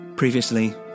Previously